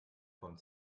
von